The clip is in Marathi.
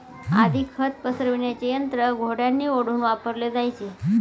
आधी खत पसरविण्याचे यंत्र घोड्यांनी ओढून वापरले जायचे